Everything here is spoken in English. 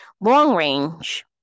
long-range